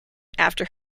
after